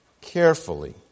carefully